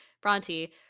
bronte